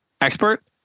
expert